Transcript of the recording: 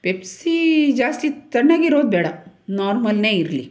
Pepsi ಜಾಸ್ತಿ ತಣ್ಣಗಿರೋದು ಬೇಡ ನಾರ್ಮಲ್ನೆ ಇರಲಿ